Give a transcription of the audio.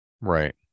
Right